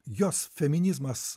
jos feminizmas